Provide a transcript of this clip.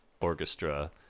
orchestra